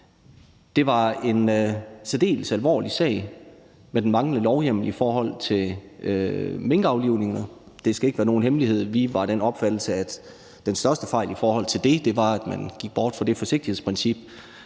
Det var en særdeles alvorlig sag med den manglende lovhjemmel i forhold til minkaflivninger. Det skal ikke være nogen hemmelighed, at vi var af den opfattelse, at den største fejl i forhold til det var, at man gik bort fra det forsigtighedsprincip,